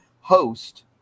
host